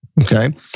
Okay